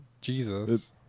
Jesus